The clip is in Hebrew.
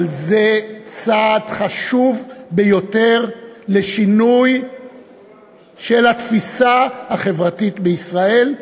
אבל זה צעד חשוב ביותר לשינוי של התפיסה החברתית בישראל,